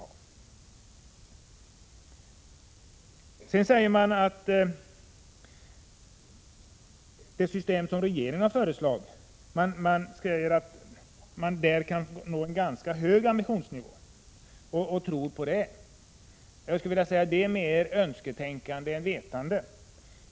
Reservanterna säger vidare att det system som regeringen föreslagit har en hög ambitionsnivå. Jag skulle vilja säga att det är mer önsketänkande än vetande.